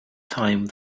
time